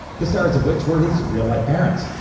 the stars of which were his real life parents.